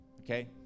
okay